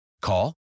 Call